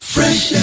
Fresh